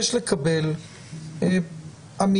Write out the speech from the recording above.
ראש אשכול עונשין ופשיעה חמורה,